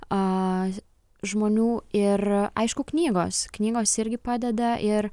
a žmonių ir aišku knygos knygos irgi padeda ir